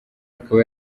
akaba